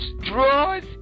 draws